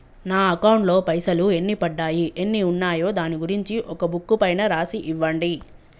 నా అకౌంట్ లో పైసలు ఎన్ని పడ్డాయి ఎన్ని ఉన్నాయో దాని గురించి ఒక బుక్కు పైన రాసి ఇవ్వండి?